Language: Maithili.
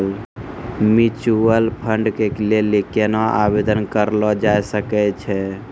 म्यूचुअल फंड के लेली केना आवेदन करलो जाय सकै छै?